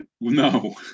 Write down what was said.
No